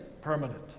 permanent